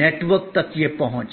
network तक यह पहुंच